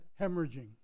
hemorrhaging